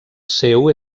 seu